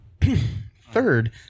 Third